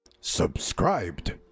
Subscribed